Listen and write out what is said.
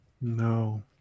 No